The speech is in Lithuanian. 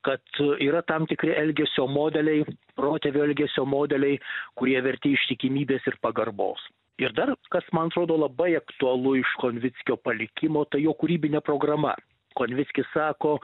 kad yra tam tikri elgesio modeliai protėvių elgesio modeliai kurie verti ištikimybės ir pagarbos ir dar kas man atrodo labai aktualu iš konvickio palikimo tai jo kūrybinė programa konvickis sako